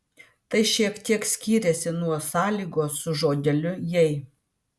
tai šiek tiek skiriasi nuo sąlygos su žodeliu jei